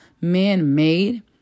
man-made